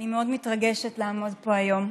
אני מאוד מתרגשת לעמוד פה היום.